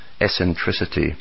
eccentricity